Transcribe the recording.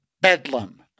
bedlam